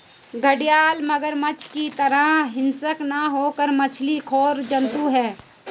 घड़ियाल मगरमच्छ की तरह हिंसक न होकर मछली खोर जंतु है